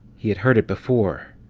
he had heard it before